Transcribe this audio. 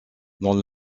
dans